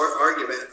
argument